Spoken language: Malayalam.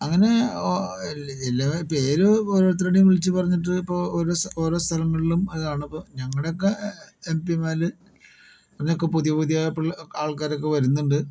അങ്ങനെ ജില്ലകളുടെ പേര് ഓരോരുത്തരുടെയും വിളിച്ചു പറഞ്ഞിട്ട് ഇപ്പോൾ ഓരോ ഓരോ സ്ഥലങ്ങളിലും അതാണ് ഇപ്പോൾ ഞങ്ങളുടെ ഒക്കെ എം പിമാര് ഇങ്ങനെയൊക്കെ പുതിയ പുതിയ പിള്ളേ ആൾക്കാരൊക്കെ വരുന്നുണ്ട്